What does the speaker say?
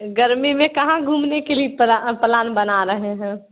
गर्मी मे कहाँ घूमने के लिए प्ला प्लान बना रहे हैं